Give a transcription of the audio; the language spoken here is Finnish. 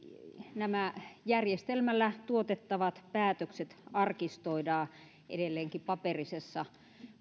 järjestelmällä tuotettavat päätökset arkistoidaan edelleenkin paperisessa